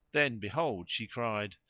then, behold, she cried,